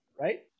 right